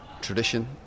tradition